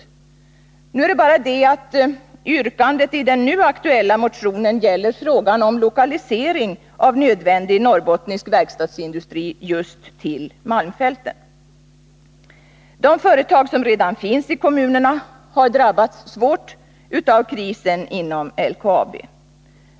Skillnaden är bara den att yrkandet i den nu aktuella motionen gäller frågan om lokalisering av nödvändig norrbottnisk verkstadsindustri just till malmfälten. De företag som redan finns i kommunerna har drabbats svårt av krisen inom LKAB.